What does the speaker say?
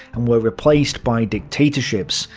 and were replaced by dictatorships,